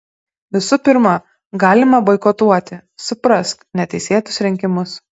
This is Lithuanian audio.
visų pirma galima boikotuoti suprask neteisėtus rinkimus